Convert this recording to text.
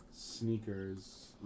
Sneakers